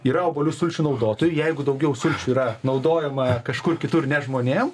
yra obuolių sulčių naudotojai jeigu daugiau sulčių yra naudojama kažkur kitur ne žmonėm